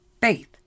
faith